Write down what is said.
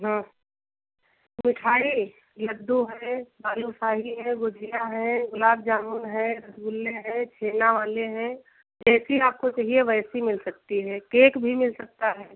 हाँ मिठाई लड्डू है बालशाही है गुझिया है गुलाब जामुन है रसगुल्ले हैं छेना वाले हैं जैसी आपको चाहिए वैसी मिल सकती है केक भी मिल सकता है